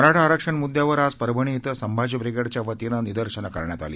मराठा आरक्षण मुद्यावरुन आज परभणी इथं संभाजी ब्रिगेडच्या वतीनं निदर्शनं करण्यात आली